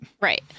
right